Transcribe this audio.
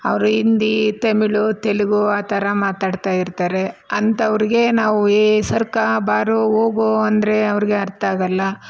ಅವರು ಹಿಂದಿ ತಮಿಳು ತೆಲುಗು ಆ ಥರ ಮಾತಾಡ್ತಾಯಿರ್ತಾರೆ ಅಂತವ್ರಿಗೆ ನಾವು ಏ ಸರ್ಕೊ ಬಾರೋ ಹೋಗೋ ಅಂದರೆ ಅವರಿಗೆ ಅರ್ಥ ಆಗಲ್ಲ